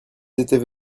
étaient